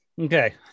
Okay